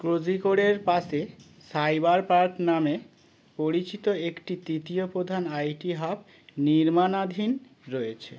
কোঝিকোড়ের পাশে cyber park নামে পরিচিত একটি তৃতীয় প্রধান আইটি হাব নির্মাণাধীন রয়েছে